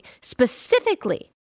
specifically